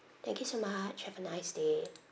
thank you so much have a nice day